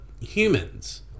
humans